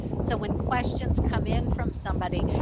so when questions come in from somebody,